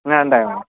வேண்டாம்ங்க ma'am